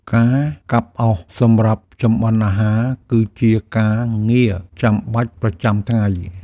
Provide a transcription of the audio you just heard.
ការកាប់អុសសម្រាប់ចម្អិនអាហារគឺជាការងារចាំបាច់ប្រចាំថ្ងៃ។